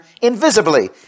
invisibly